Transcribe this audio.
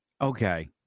Okay